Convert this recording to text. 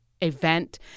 event